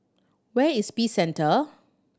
where is Peace Centre